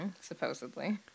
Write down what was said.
Supposedly